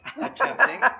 attempting